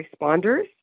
responders